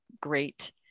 great